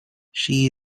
she